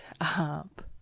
up